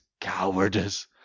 cowardice